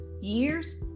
years